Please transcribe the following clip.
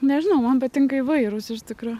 nežinau man patinka įvairūs iš tikro